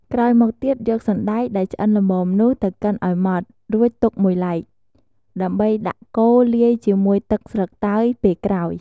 ក្រោយមកទៀតយកសណ្តែកដែលឆ្អិនល្មមនោះទៅកិនឱ្យម៉ដ្ឋ រួចទុកមួយឡែក ដើម្បីដាក់កូរលាយជាមួយទឹកស្លឹកតើយពេលក្រោយ។